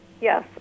Yes